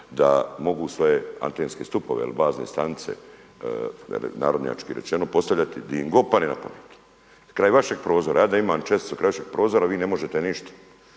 da mogu svoje antenske stupove ili bazne stanice narodnjački rečeno postavljati gdje im god padne na pamet. Kraj vašeg prozora, ja da imam česticu kraj vašeg prozora vi ne možete ništa